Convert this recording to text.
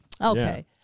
Okay